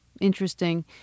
interesting